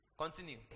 continue